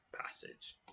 passage